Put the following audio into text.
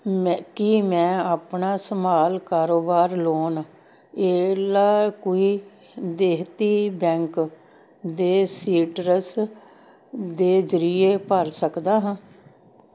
ਮੈਂ ਕੀ ਮੈਂ ਆਪਣਾ ਸਮਾਲ ਕਾਰੋਬਾਰ ਲੋਨ ਏਲਾਕੁਈ ਦੇਹਤੀ ਬੈਂਕ ਦੇ ਸੀਟਰਸ ਦੇ ਜਰੀਏ ਭਰ ਸਕਦਾ ਹਾਂ